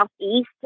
southeast